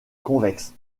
convexe